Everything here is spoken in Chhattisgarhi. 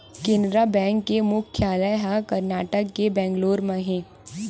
केनरा बेंक के मुख्यालय ह करनाटक के बेंगलोर म हे